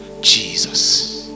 Jesus